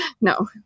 no